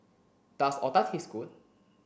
does otah taste good